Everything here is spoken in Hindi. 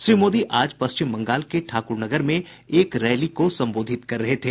श्री मोदी आज पश्चिम बंगाल के ठाकुरनगर में एक रैली को संबोधित कर रहे थे